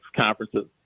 conferences